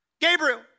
Gabriel